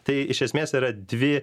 tai iš esmės yra dvi